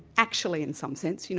actually in some sense, you know,